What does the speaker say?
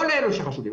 לא אלה שחשודים,